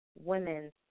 women